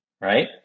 Right